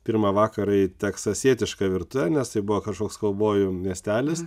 pirmą vakarą į teksasietišką virtuvę nes tai buvo kažkoks kaubojų miestelis